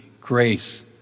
grace